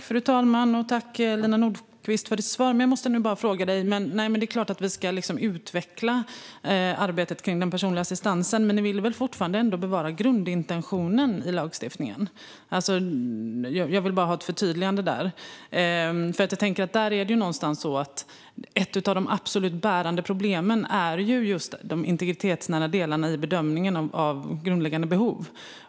Fru talman! Tack, Lina Nordquist, för svaret! Jag måste ändå ställa en fråga till dig. Det är klart att vi ska utveckla arbetet kring den personliga assistansen. Men ni vill väl fortfarande bevara grundintentionen i lagstiftningen? Jag vill bara ha ett förtydligande där. Några av de absolut mest bärande delarna i problemen är just de integritetsnära delarna i bedömningen av grundläggande behov.